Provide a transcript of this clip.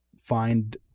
find